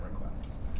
requests